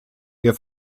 ihr